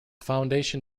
foundation